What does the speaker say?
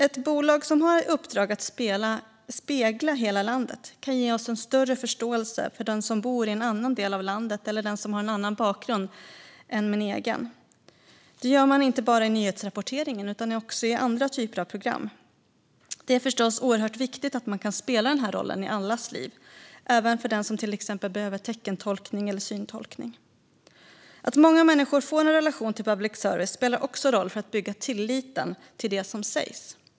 Ett bolag som har i uppdrag att spegla hela landet kan ge oss en större förståelse för den som bor i en annan del av landet eller den som har en annan bakgrund än min egen. Det gör man inte bara i nyhetsrapporteringen utan också i andra typer av program. Det är förstås oerhört viktigt att man kan spela rollen i allas liv, även för den som behöver teckentolkning eller syntolkning. Att många människor får en relation till public service spelar också en roll för att bygga tilliten till det som sägs.